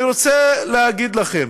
אני רוצה להגיד לכם